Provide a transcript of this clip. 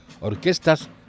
orquestas